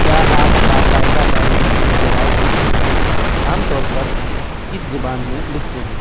کیا آپ با قاعدہ ڈائری یا جرائد لکھتے ہیں عام طور پر کس زبان میں لکھتے ہیں